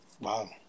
Wow